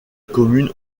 commune